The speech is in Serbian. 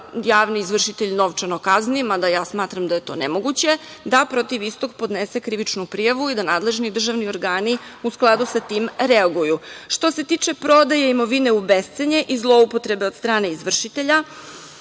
javni izvršitelj novčano kazni, mada ja smatram da je to nemoguće, da protiv istog podnese krivičnu prijavu i da nadležni državni organi u skladu sa tim reaguju. Što se tiče prodaje imovine u bescenje i zloupotrebe od strane izvršitelja,